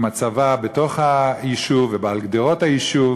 הצבא בתוך היישוב ועל גדרות היישוב,